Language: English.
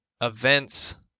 events